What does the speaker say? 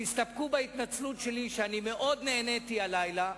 תסתפקו בהתנצלות שלי, שאני מאוד נהניתי הלילה.